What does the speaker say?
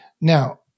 Now